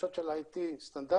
הדרישות של ה-IP סטנדרטיות.